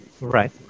Right